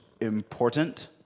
important